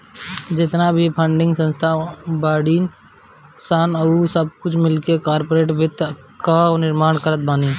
जेतना भी फंडिंग संस्था बाड़ीन सन उ सब मिलके कार्पोरेट वित्त कअ निर्माण करत बानी